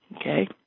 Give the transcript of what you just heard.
Okay